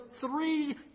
three